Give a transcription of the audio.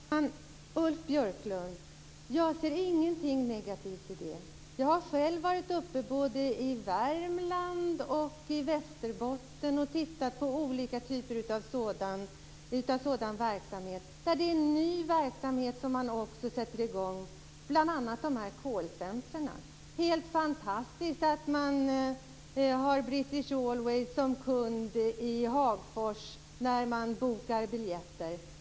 Fru talman! Ulf Björklund! Jag ser inget negativt i det. Jag har själv varit både i Värmland och i Västerbotten och tittat på olika typer av sådan verksamhet. Det handlar också om ny verksamhet som sätts i gång, bl.a. dessa callcentrer. Det är helt fantastiskt att British Airways finns i Hagfors när man bokar biljetter.